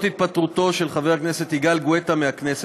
התפטרותו של חבר הכנסת יגאל גואטה מהכנסת,